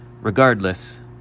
Regardless